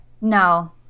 No